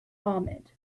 ahmed